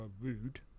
rude